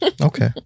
Okay